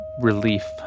relief